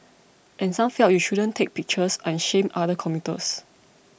and some felt you shouldn't take pictures and shame other commuters